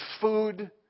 food